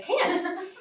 pants